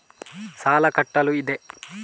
ಸಾಲ ಕಟ್ಟಲು ಇದೆ